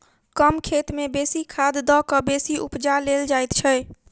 कम खेत मे बेसी खाद द क बेसी उपजा लेल जाइत छै